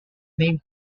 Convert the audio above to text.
name